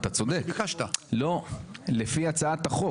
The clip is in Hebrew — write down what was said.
אני רוצה שתקשר את זה להצעת החוק.